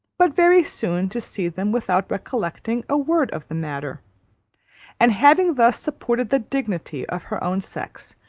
but very soon to see them without recollecting a word of the matter and having thus supported the dignity of her own sex,